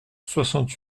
soixante